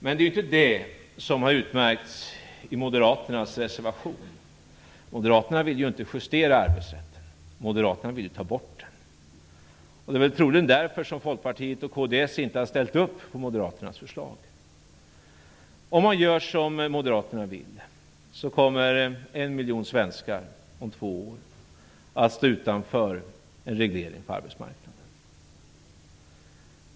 Men det är ju inte detta som har utmärkts i moderaternas reservation. Moderaterna vill ju inte justera arbetsrätten. Moderaterna vill ta bort den. Det är troligen därför folkpartiet och kds inte har ställt upp på moderaternas förslag. Om man gör som moderaterna vill, kommer en miljon svenskar om två år att stå utanför en reglering på arbetsmarknaden.